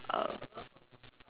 um